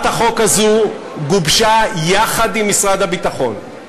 גובשה יחד עם משרד הביטחון,